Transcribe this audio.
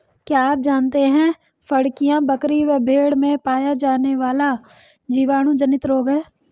क्या आप जानते है फड़कियां, बकरी व भेड़ में पाया जाने वाला जीवाणु जनित रोग है?